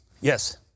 Yes